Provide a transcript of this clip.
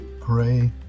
Pray